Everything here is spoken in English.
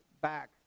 back